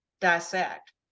dissect